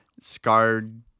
scarred